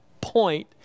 point